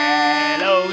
Hello